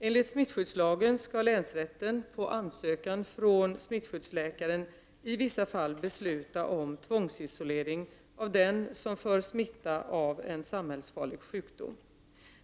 Enligt smittskyddslagen skall länsrätten på ansökan från smittskyddsläkaren i vissa fall besluta om tvångsisolering av den som för smitta av en samhällsfarlig sjukdom.